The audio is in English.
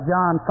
John